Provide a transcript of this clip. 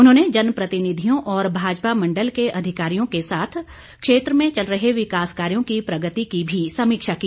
उन्होंने जनप्रतिनिधियों और भाजपा मंडल के अधिकारियों के साथ क्षेत्र में चल रहे विकास कार्यों की प्रगति की भी समीक्षा की